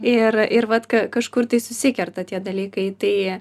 ir ir vat ka kažkur tai susikerta tie dalykai tai